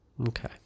Okay